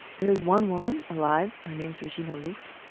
there was one woman alive, her name is regina louf,